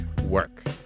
work